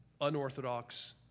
unorthodox